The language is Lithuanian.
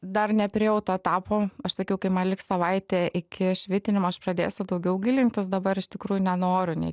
dar nepriėjau to etapo aš sakiau kai man liks savaitė iki švitinimo aš pradėsiu daugiau gilintis dabar iš tikrųjų nenoriu nei